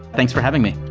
thanks for having me.